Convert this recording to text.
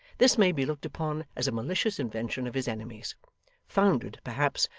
this may be looked upon as a malicious invention of his enemies founded, perhaps,